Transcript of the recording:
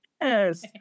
Yes